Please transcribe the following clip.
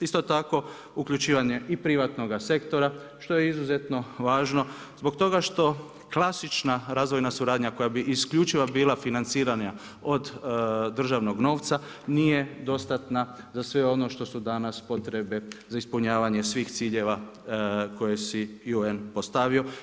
Isto tako uključivanje i privatnoga sektora što je izuzetno važno, zbog toga što klasična razvojna suradnja, koja bi isključivo bila financirana od državnog novca nije dostatna za sve ono što su danas potrebe za ispunjavanje svih ciljeva koje si je UN postavio.